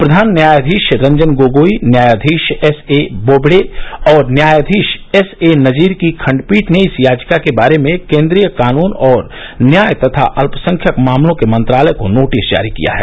प्रधान न्यायाधीश रंजन गोगोई न्यायाधीश S A Bobde और न्यायाधीश एस ए नजीर की खंडपीठ ने इस याचिका के बारे में केंद्रीय कानून और न्याय तथा अल्पसंख्यक मामलों के मंत्रालय को नोटिस जारी किया है